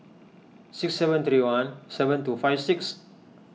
six seven three one seven two five six